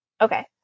Okay